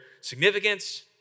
significance